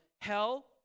hell